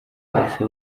bahise